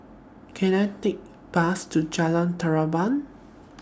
Can I Take Bus to Jalan Terap